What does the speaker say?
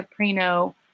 Caprino